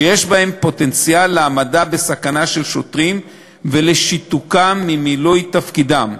שיש בהם פוטנציאל להעמדה בסכנה של שוטרים ולשיתוקם ממילוי תפקידם.